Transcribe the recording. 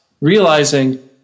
Realizing